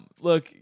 Look